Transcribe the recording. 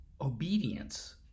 obedience